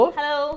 Hello